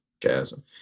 chasm